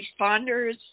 responders